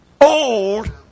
old